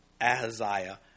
Ahaziah